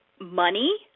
money